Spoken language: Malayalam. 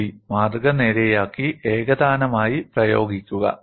ശരി മാതൃക നേരെയാക്കി ഏകതാനമായി പ്രയോഗിക്കുക